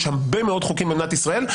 יש הרבה מאוד חוקים במדינת ישראל,